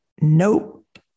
Nope